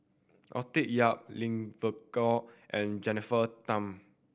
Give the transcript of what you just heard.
Arthur Yap and Jennifer Tham